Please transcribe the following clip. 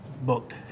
booked